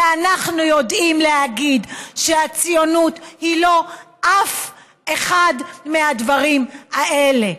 ואנחנו יודעים להגיד שהציונות היא אף לא אחד מהדברים האלה.